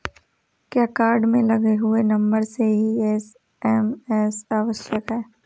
क्या कार्ड में लगे हुए नंबर से ही एस.एम.एस आवश्यक है?